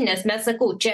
nes mes sakau čia